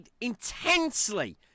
intensely